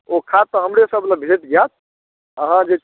ओ खाद तऽ हमरेसभ लग भेट जायत अहाँ जे